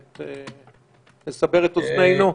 לסבר את אוזנינו.